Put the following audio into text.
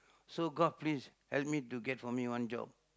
so god please help me to get for me one job